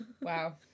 Wow